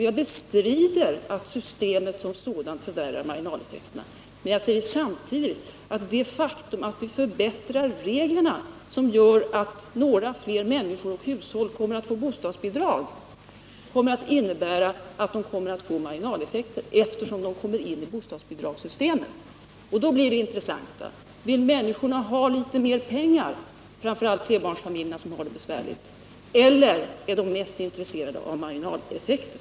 Jag bestrider att systemet som sådant förvärrar marginaleffekterna, men jag säger samtidigt att det faktum att vi förbättrar reglerna, så att fler hushåll får bostadsbidrag, kommer att innebära att fler människor råkar ut för marginaleffekter i och med att de kommer in i bostadsbidragssystemet. Då blir den intressanta frågan: Vill människorna ha litet mer pengar, framför allt flerbarnsfamiljerna som har det besvärligt, eller är de mest intresserade av marginaleffekten?